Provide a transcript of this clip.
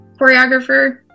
choreographer